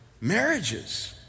marriages